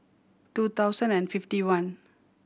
two thousand and fifty one